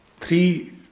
three